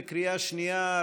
בקריאה השנייה,